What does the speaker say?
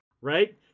Right